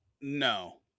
No